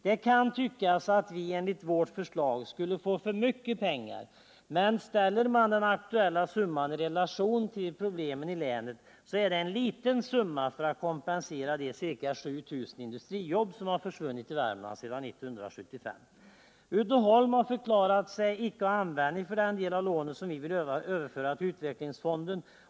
Det kan tyckas att vi enligt vårt förslag skulle få för mycket pengar. Men ställer man den aktuella summan i relation till problemen i länet, finner man att det är en liten summa för att kompensera de ca 7 000 industrijobb som har försvunnit i Värmland sedan 1975. Uddeholm har förklarat sig icke ha användning för den del av lånet som vi vill överföra till Utvecklingsfonden.